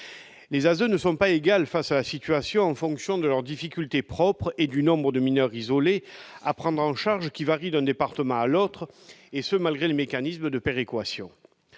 de l'ASE ne sont pas égaux face à la situation en fonction de leurs difficultés propres et du nombre de mineurs isolés à prendre en charge, qui varie d'un département à l'autre, et ce malgré les mécanismes de péréquation.